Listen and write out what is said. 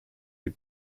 die